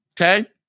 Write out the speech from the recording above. Okay